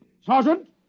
Sergeant